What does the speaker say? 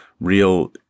Real